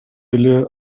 эле